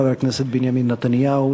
חבר הכנסת בנימין נתניהו,